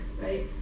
right